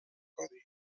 codi